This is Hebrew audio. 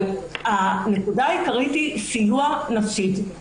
הנקודה העיקרית היא סיוע נפשי.